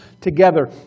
together